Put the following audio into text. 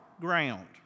ground